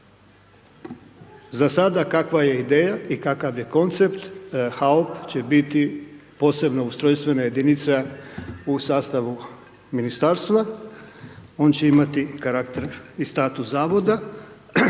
Za sada kakva je ideja i kakav je koncept, HAOP će biti posebna ustrojstvena jedinica u sastavu Ministarstva, on će imati karakter i status Zavoda,